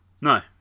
No